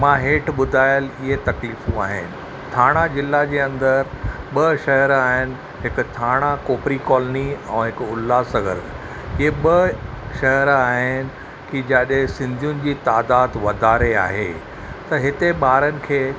मां हेठि ॿुधायलु हीअ तकलीफ़ूं आहिनि ठाणा ज़िला जे अंदरि ॿ शहर आहिनि हिकु ठाणा कोपरी कॉलोनी ऐं हिकु उल्हासनगर इहे ॿ शहर आहिनि की जिते सिंधियुनि जी तइदादु वधारे आहे त हिते ॿारनि खे